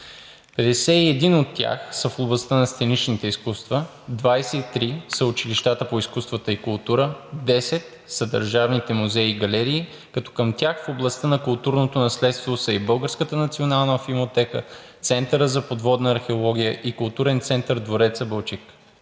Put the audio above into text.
51 от тях са в областта на сценичните изкуства, 23 са училищата по изкуствата и културата, 10 са държавните музеи и галерии. Към тях в областта на културното наследство са и Българската национална филмотека, центърът за подводна археология и Културен център „Дворецът – Балчик“.